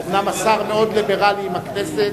אומנם השר מאוד ליברלי עם הכנסת,